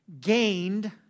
gained